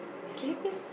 sleeping